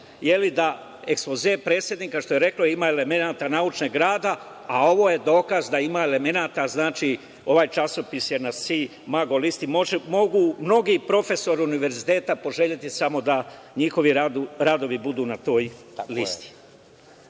Tomić, da ekspoze predsednika, što je rekla, ima elemenata naučnog rada, a ovo je dokaz da ima elemenata, znači ovaj časopis je na sci mago listi. Mogu mnogi profesori univerziteta poželeti samo da njihovi radovi budu na toj listi. Na